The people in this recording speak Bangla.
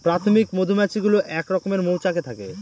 প্রাথমিক মধুমাছি গুলো এক রকমের মৌচাকে থাকে